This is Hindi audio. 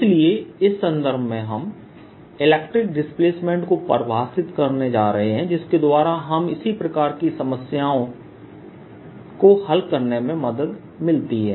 इसलिए इस संदर्भ में हम इलेक्ट्रिक डिस्प्लेसमेंट को परिभाषित करने जा रहे हैं जिसके द्वारा कुछ इसी प्रकार की समस्याओं को हल करने में मदद मिलती है